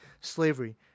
slavery